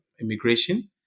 immigration